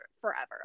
forever